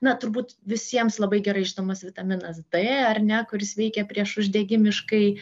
na turbūt visiems labai gerai žinomas vitaminas d ar ne kuris veikia priešuždegimiškai